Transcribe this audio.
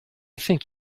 think